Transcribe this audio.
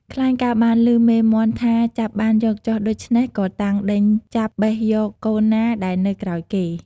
ខ្លែងកាលបានឮមេមាន់ថា ចាប់បានយកចុះដូច្នេះ ក៏តាំងដេញចាប់បេះយកកូនណាដែលនៅក្រោយគេ។